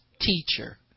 teacher